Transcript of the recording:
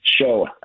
show